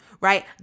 Right